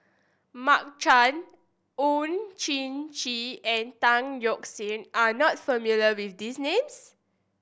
Mark Chan Oon Jin Gee and Tan Yeok Seong are not familiar with these names